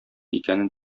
икәнен